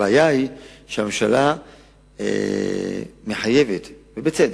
הבעיה היא שהממשלה מחייבת, ובצדק,